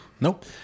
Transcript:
Nope